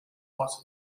was